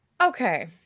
Okay